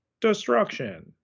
destruction